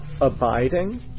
abiding